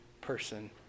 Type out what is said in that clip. person